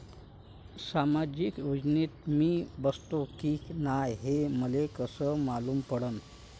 सामाजिक योजनेत मी बसतो की नाय हे मले कस मालूम पडन?